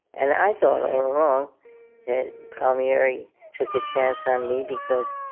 and i thought all along that palmieri took a chance on me because